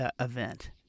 Event